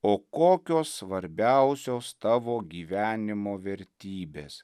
o kokios svarbiausios tavo gyvenimo vertybės